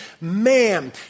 man